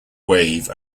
wave